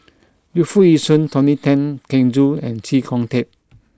Yu Foo Yee Shoon Tony Tan Keng Joo and Chee Kong Tet